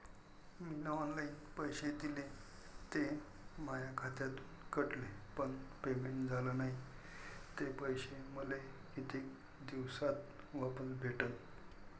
मीन online पैसे दिले, ते माया खात्यातून कटले, पण पेमेंट झाल नायं, ते पैसे मले कितीक दिवसात वापस भेटन?